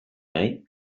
nahi